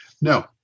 No